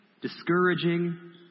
discouraging